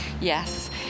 Yes